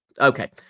Okay